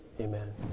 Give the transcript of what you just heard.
amen